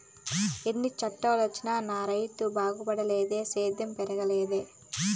ఎన్ని చట్టాలొచ్చినా నా రైతు బాగుపడేదిలే సేద్యం పెరిగేదెలా